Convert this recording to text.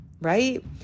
right